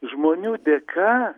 žmonių dėka